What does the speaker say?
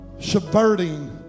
subverting